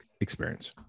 experience